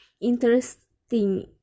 interesting